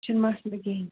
یہِ چھُنہٕ مَسلہٕ کِہیٖنۍ